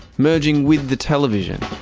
merging with the television,